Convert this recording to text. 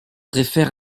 réfère